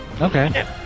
Okay